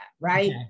right